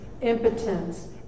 impotence